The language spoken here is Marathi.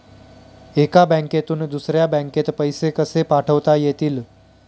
एका बँकेतून दुसऱ्या बँकेत पैसे कसे पाठवता येतील?